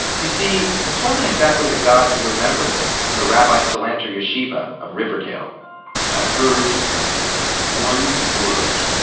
you see, this wasn't exactly the god he remembered from the rabbi salanter yeshiva of riverdale i heard one word.